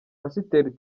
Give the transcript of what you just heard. pasiteri